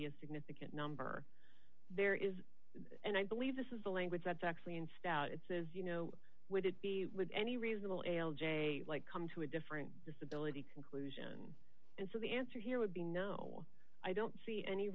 be a significant number there is and i believe this is the language that's actually in style it says you know would it be would any reasonable alj a light come to a different disability conclusion and so the answer here would be no i don't see any